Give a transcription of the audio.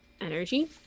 energy